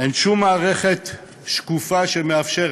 אין שום מערכת שקופה שמאפשרת,